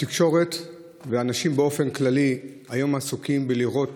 התקשורת ואנשים באופן כללי היום עסוקים בלראות